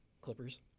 Clippers